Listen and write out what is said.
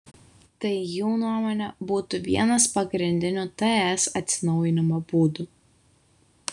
tai jų nuomone būtų vienas pagrindinių ts atsinaujinimo būdų